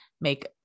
make